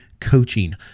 coaching